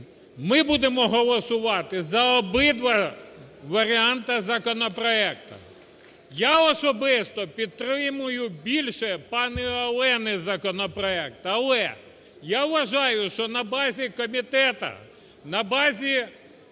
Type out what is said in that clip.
ми будемо голосувати за обидва варіанта законопроекту. Я особисто підтримаю більше пані Олени законопроект. Але я вважаю, що на базі комітету, на базі